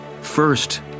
First